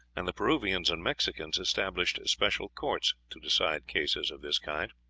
and the peruvians and mexicans established special courts to decide cases of this kind.